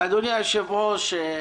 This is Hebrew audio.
אדוני היושב-ראש,